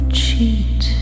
cheat